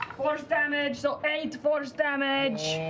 force damage, so eight force damage.